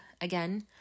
again